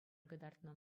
кӑтартнӑ